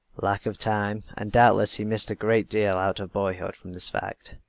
lack of time, and doubtless he missed a great deal out of boyhood from this fact.